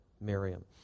Miriam